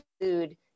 food